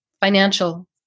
financial